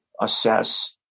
assess